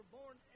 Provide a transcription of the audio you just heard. born